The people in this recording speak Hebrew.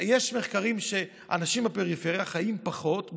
יש מחקרים שלפיהם אנשים בפריפריה חיים פחות,